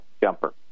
jumper